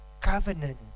covenant